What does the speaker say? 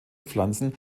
pflanzen